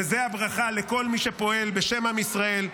וזו הברכה לכל מי שפועל בשם עם ישראל.